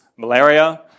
Malaria